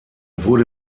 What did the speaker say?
wurde